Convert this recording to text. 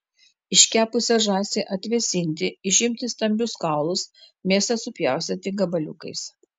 iškepusią žąsį atvėsinti išimti stambius kaulus mėsą supjaustyti gabaliukais